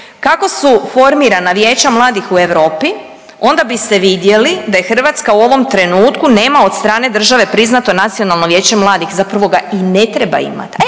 kako su formirana vijeća mladih u Europi, onda biste vidjeli da je Hrvatska u ovom trenutku nema od strane države priznato nacionalno vijeće mladih, zapravo ga i ne treba imati,